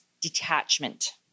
detachment